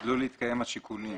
חדלו להתקיים השיקולים.